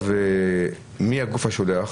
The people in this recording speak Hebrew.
מי הגוף השולח?